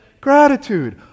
Gratitude